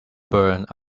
burned